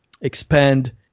expand